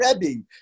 Rebbe